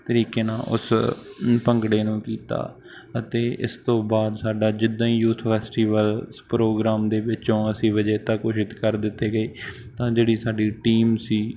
ਤਰੀਕੇ ਨਾਲ ਉਸ ਭੰਗੜੇ ਨੂੰ ਕੀਤਾ ਅਤੇ ਇਸ ਤੋਂ ਬਾਅਦ ਸਾਡਾ ਜਿੱਦਾਂ ਹੀ ਯੂਥ ਫੈਸਟੀਵਲ ਪ੍ਰੋਗਰਾਮ ਦੇ ਵਿੱਚੋਂ ਅਸੀਂ ਵਿਜੇਤਾ ਘੋਸ਼ਿਤ ਕਰ ਦਿੱਤੇ ਗਏ ਤਾਂ ਜਿਹੜੀ ਸਾਡੀ ਟੀਮ ਸੀ